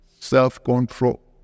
Self-control